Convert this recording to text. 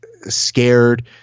scared